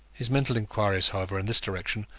his mental inquiries, however, in this direction,